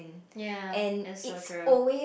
ya that's so true